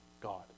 God